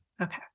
okay